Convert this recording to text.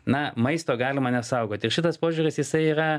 na maisto galima nsaugoti ir šitas požiūris jisai yra